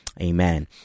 Amen